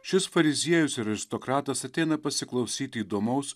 šis fariziejus ir aristokratas ateina pasiklausyti įdomaus